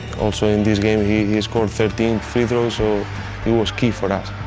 also in this game he he scored thirteen free throws so he was key for us.